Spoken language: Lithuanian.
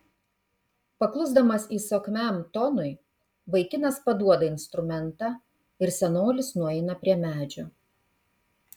paklusdamas įsakmiam tonui vaikinas paduoda instrumentą ir senolis nueina prie medžio